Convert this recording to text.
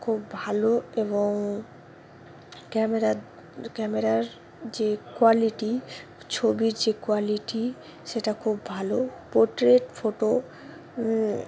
খুব ভালো এবং ক্যামেরার ক্যামেরার যে কোয়ালিটি ছবির যে কোয়ালিটি সেটা খুব ভালো পোর্ট্রেট ফটো